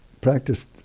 practiced